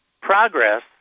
progress